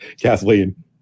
Kathleen